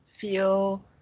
feel